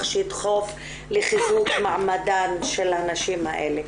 שידחוף לחיזוק מעמדן של הנשים האלה.